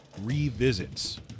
Revisits